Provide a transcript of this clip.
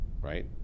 Right